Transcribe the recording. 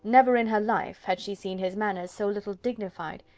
never in her life had she seen his manners so little dignified,